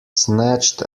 snatched